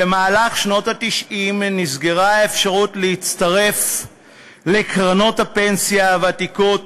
במהלך שנות ה-90 נסגרה האפשרות להצטרף לקרנות הפנסיה הוותיקות